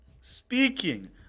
speaking